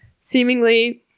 seemingly